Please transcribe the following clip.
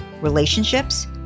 relationships